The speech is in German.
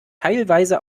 teilweise